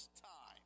time